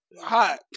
Hot